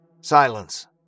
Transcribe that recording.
Silence